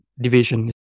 division